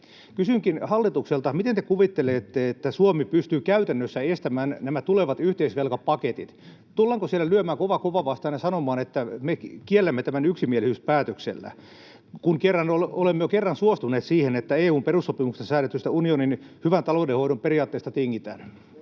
Kysynkin hallitukselta: Miten te kuvittelette, että Suomi pystyy käytännössä estämään nämä tulevat yhteisvelkapaketit? Tullaanko siellä lyömään kova kovaa vastaan ja sanomaan, että me kiellämme tämän yksimielisyyspäätöksellä, kun olemme jo kerran suostuneet siihen, että EU:n perussopimuksessa säädetyistä unionin hyvän taloudenhoidon periaatteista tingitään?